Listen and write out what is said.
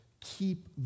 Keep